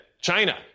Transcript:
China